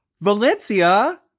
Valencia